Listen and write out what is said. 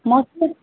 मसुरी